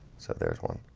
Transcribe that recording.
so there's one